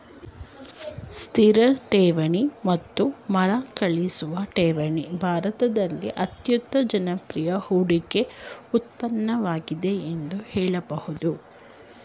ಸ್ಥಿರ ಠೇವಣಿ ಮತ್ತು ಮರುಕಳಿಸುವ ಠೇವಣಿ ಭಾರತದಲ್ಲಿ ಅತ್ಯಂತ ಜನಪ್ರಿಯ ಹೂಡಿಕೆ ಉತ್ಪನ್ನವಾಗಿದೆ ಎಂದು ಹೇಳಬಹುದು